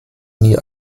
nie